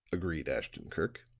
agreed ashton-kirk,